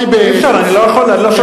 אי-אפשר, אני לא שומע את עצמי.